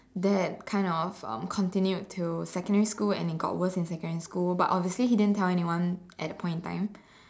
that kind of um continued to secondary school and it got worse in secondary school but obviously he did not tell anyone at that point in time